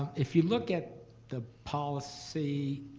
if you look at the policy,